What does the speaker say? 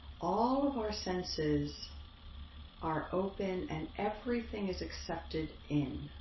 all of our senses are open and everything is accepted in.